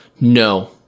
No